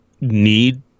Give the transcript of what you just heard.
need